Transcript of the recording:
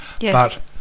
Yes